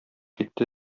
китте